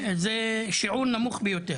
השיעור הוא נמוך ביותר.